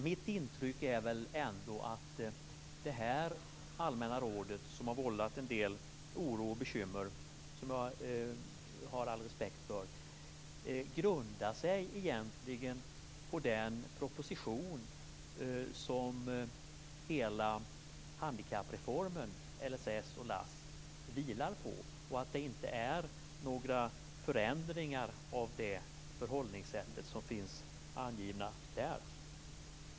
Mitt intryck är ändå att detta allmänna råd som har vållat en del oro och bekymmer, vilket jag har all respekt för, egentligen grundar sig på den proposition som hela handikappreformen, LSS och LASS, vilar på och att det inte innehåller några förändringar i förhållande till de förhållningssätt som finns angivna där.